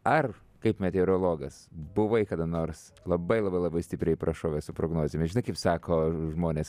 ar kaip meteorologas buvai kada nors labai labai labai stipriai prašovęs su prognozėmis žinai kaip sako žmonės